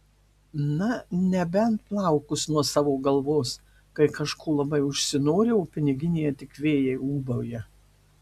na nebent plaukus nuo savo galvos kai kažko labai užsinori o piniginėje tik vėjai ūbauja